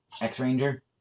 X-Ranger